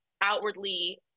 outwardly